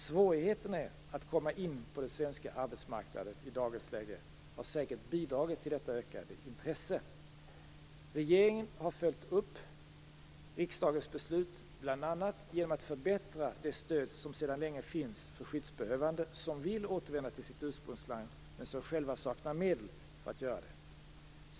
Svårigheterna att komma in på den svenska arbetsmarknaden i dagens läge har säkert bidragit till detta ökade intresse. Regeringen har följt upp riksdagens beslut bl.a. genom att förbättra det stöd som sedan länge finns för skyddsbehövande som vill återvända till sitt ursprungsland men som själva saknar medel för att göra detta.